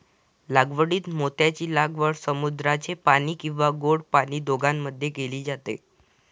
लागवडीत मोत्यांची लागवड समुद्राचे पाणी किंवा गोड पाणी दोघांमध्ये केली जाते